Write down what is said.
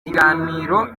kiganiro